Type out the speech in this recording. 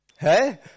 hey